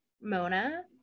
mona